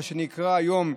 מה שנקרא היום,